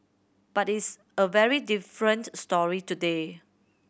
but it's a very different story today